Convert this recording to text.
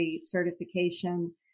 certification